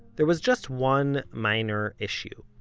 there was just one minor issue.